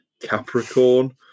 Capricorn